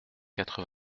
quatre